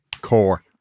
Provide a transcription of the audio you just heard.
Core